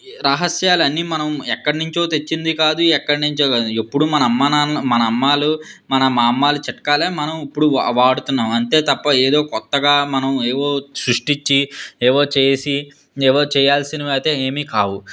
రహస్యాలన్నీ మనం ఎక్కడినుంచో తెచ్చింది కాదు ఎక్కడినుంచో కాదు ఎప్పుడో మన అమ్మా నాన్న మన అమ్మావాళ్ళు మన భామ్మావాళ్ళ చిట్కాలే మనం ఇప్పుడు వాడుతున్నాం అంతేతప్ప ఏదో కొత్తగా మనం ఏవో సృష్టించి ఏవో చేసి ఏవో చెయ్యాల్సినవైతే ఏమీ కావు